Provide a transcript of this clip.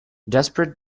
desperate